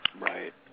Right